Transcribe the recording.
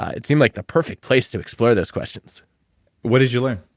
ah it seemed like the perfect place to explore those questions what did you learn?